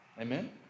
Amen